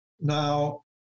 Now